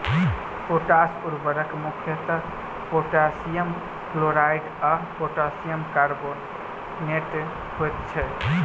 potash उर्वरक मुख्यतः potassium chloride आ पोटासियम कार्बोनेट होइत छै